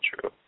true